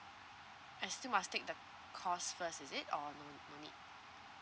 I still must take the course first is it or no need